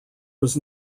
was